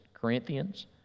Corinthians